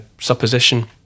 supposition